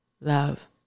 love